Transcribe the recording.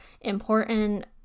important